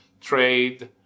trade